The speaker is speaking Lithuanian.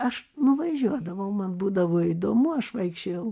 aš nuvažiuodavau man būdavo įdomu aš vaikščiojau